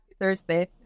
Thursday